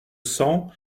cent